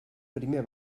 primer